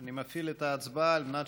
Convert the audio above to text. אני מפעיל את ההצבעה על מנת